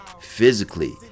physically